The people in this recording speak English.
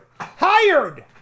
Hired